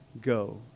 go